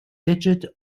digit